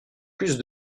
plus